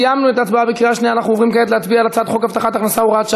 יש לנו הסתייגות לסעיף 4 של חברת הכנסת אורלי לוי אבקסיס,